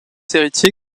héritier